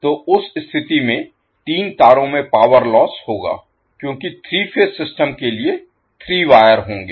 तो उस स्थिति में तीन तारों में पावर लोस्स होगा क्योंकि 3 फेज सिस्टम के लिए 3 वायर होंगे